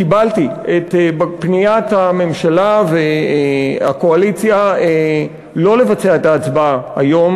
קיבלתי את פניית הממשלה והקואליציה לא לבצע את ההצבעה היום.